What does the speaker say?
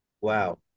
Wow